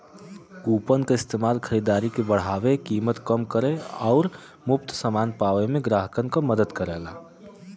coupon क इस्तेमाल खरीदारी के बढ़ावे, कीमत कम करे आउर मुफ्त समान पावे में ग्राहकन क मदद करला